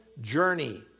journey